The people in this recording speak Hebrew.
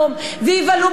למה?